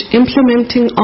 implementing